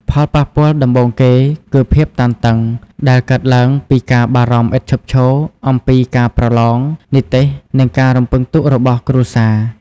ផលប៉ះពាល់ដំបូងគេគឺ ភាពតានតឹង ដែលកើតឡើងពីការបារម្ភឥតឈប់ឈរអំពីការប្រឡង និទ្ទេស និងការរំពឹងទុករបស់គ្រួសារ។